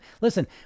Listen